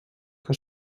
que